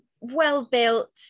well-built